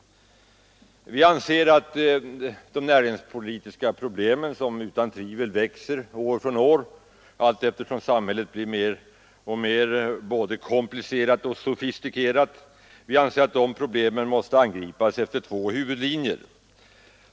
Vi anser att de näringspolitiska problemen, som utan tvivel växer allteftersom samhället blir mer och mer både komplicerat och sofistikerat, måste angripas efter två huvudlinjer.